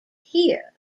here